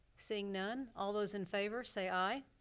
seeing none. all those in favor, say aye.